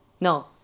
No